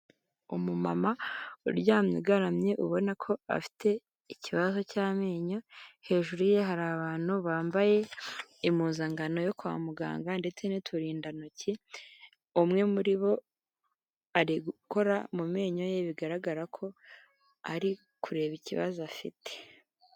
Umumama uryamye ugaramye ubona ko afite ikibazo cy'amenyo, hejuru ye hari abantu bambaye impuzankano yo kwa muganga ndetse n'uturindantoki, umwe muri bo ari gukora mu menyo ye bigaragara ko ari kureba ikibazo afite.